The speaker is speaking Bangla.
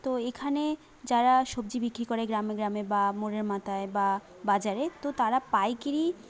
তো এখানে যারা সবজি বিক্রি করে গ্রামে গ্রামে বা মোড়ের মাথায় বা বাজারে তো তারা পাইকিরি